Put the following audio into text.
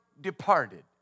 departed